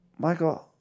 Michael